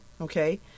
okay